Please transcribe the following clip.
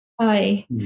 Hi